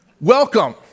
welcome